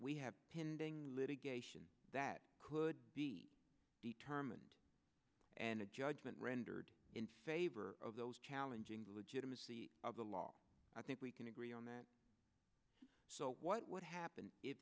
we have pending litigation that could be determined and a judgment rendered in favor of those challenging the legitimacy of the law i think we can agree on that so what would happen if